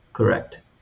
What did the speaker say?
Correct